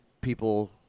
people